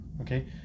okay